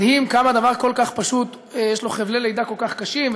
מדהים כמה דבר כל כך פשוט יש לו חבלי לידה כל כך קשים,